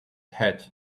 hat